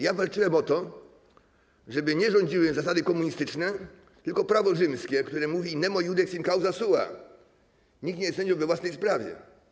Ja walczyłem o to, żeby nie rządziły zasady komunistyczne, tylko prawo rzymskie, które mówi: nemo iudex in causa sua, nikt nie jest sędzią we własnej sprawie.